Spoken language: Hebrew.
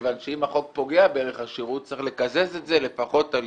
כיוון שאם החוק פוגע בערך השירות צריך לקזז את זה לפחות על